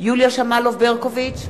יוליה שמאלוב-ברקוביץ,